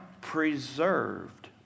preserved